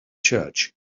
church